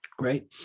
right